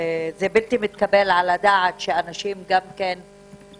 בלתי-מתקבל על הדעת שאנשים שסובלים